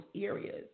areas